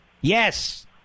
Yes